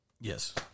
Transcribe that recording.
Yes